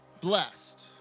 blessed